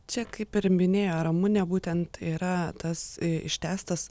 čia kaip ir minėjo ramunė būtent yra tas ištęstas